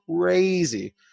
crazy